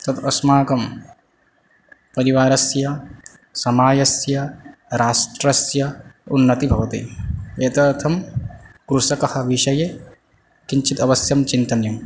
तद् अस्माकं परिवारस्य समायस्य राष्ट्रस्य उन्नति भवति एतदर्थं कृषकः विषये किञ्चित् अवश्यं चिन्तनीयम्